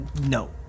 No